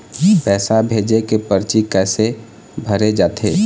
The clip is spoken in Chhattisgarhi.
पैसा भेजे के परची कैसे भरे जाथे?